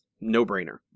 no-brainer